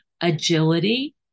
agility